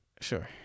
Sure